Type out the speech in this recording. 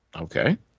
okay